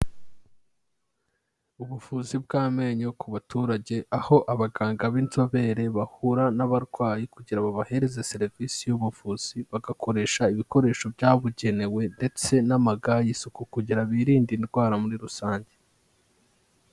Ubuvuzi bw'amenyo ku baturage, aho abaganga b'inzobere bahura n'abarwayi kugira babahereze serivisi y'ubuvuzi, bagakoresha ibikoresho byabugenewe ndetse n'amaga y'isuku kugira birinde indwara muri rusange.